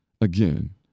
Again